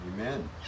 Amen